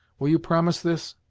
will you promise this?